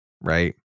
right